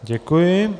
Děkuji.